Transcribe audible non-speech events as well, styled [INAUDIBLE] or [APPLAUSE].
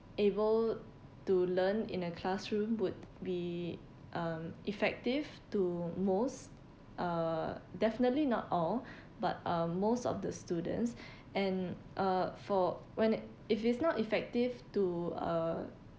able to learn in a classroom would be um effective to most uh definitely not all [BREATH] but uh most of the students [BREATH] and uh for when it if it's not effective to uh